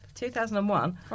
2001